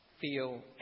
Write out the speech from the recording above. feel